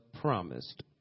promised